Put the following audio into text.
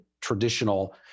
traditional